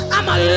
I'ma